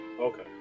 Okay